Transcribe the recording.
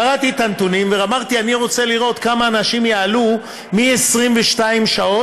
קראתי את הנתונים ואמרתי: אני רוצה לראות כמה אנשים יעלו מ-22 שעות,